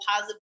positive